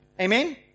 Amen